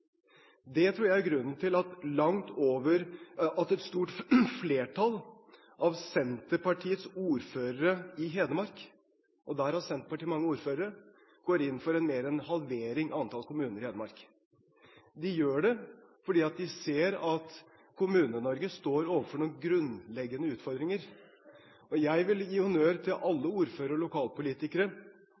Det tror jeg er grunnen til at et stort flertall av Senterpartiets ordførere i Hedmark – og der har Senterpartiet mange ordførere – går inn for mer enn en halvering av antall kommuner i Hedmark. De gjør det fordi de ser at Kommune-Norge står overfor noen grunnleggende utfordringer, og jeg vil gi honnør til alle ordførere og lokalpolitikere